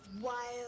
wild